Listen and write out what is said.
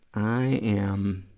i am,